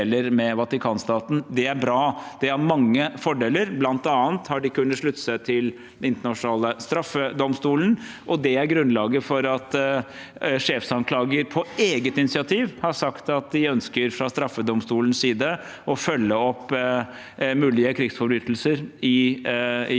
Det er bra. Det har mange fordeler, bl.a. har de kunnet slutte seg til Den internasjonale straffedomstolen. Det er grunnlaget for at sjefsanklager på eget initiativ har sagt at de fra straffedomstolens side ønsker å følge opp mulige krigsforbrytelser i